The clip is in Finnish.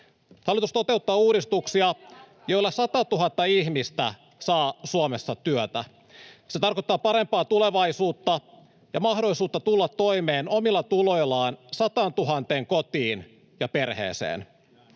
Hallitus toteuttaa uudistuksia, joilla 100 000 ihmistä saa Suomessa työtä. Se tarkoittaa 100 000 kotiin ja perheeseen parempaa tulevaisuutta ja mahdollisuutta tulla toimeen omilla tuloillaan. Jo pelkästään